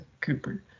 Cooper